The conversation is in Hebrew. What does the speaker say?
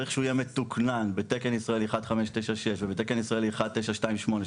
צריך שהוא יהיה מתוקנן בתקן ישראלי 1596 ובתקן ישראלי 1928,